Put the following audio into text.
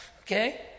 okay